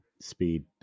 speed